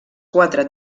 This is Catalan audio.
quatre